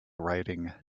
writing